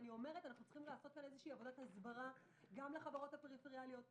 אנחנו צריכים לעשות עבודת הסברה גם לחברות הפריפריאליות,